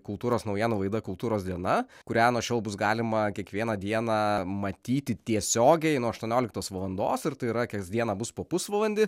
kultūros naujienų laida kultūros diena kurią nuo šiol bus galima kiekvieną dieną matyti tiesiogiai nuo aštuonioliktos valandos ir tai yra kasdieną bus po pusvalandį